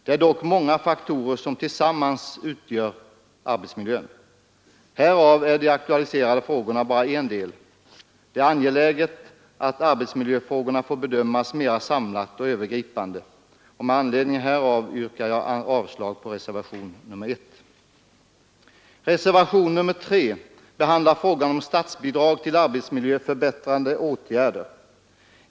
Det är dock många faktorer som tillsammans formar arbetsmiljön. Härav är de nu aktualiserade frågorna bara en del. Det är angeläget att arbetsmiljöfrågorna får bedömas mera samlat och övergripande. Med hänvisning till det anförda yrkar jag avslag på reservationen 1. Reservationen 3 behandlar frågan om statsbidrag till arbetsmiljöförbättrande åtgärder.